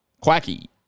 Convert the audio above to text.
Quacky